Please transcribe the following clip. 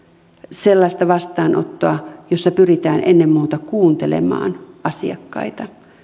sellaista vastaanottoa jossa pyritään ennen muuta kuuntelemaan asiakkaita